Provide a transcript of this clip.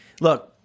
look